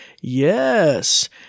yes